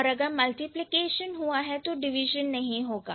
और अगर मल्टीप्लिकेशन है तो डिविजन नहीं होगा